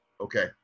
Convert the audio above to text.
Okay